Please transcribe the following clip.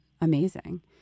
amazing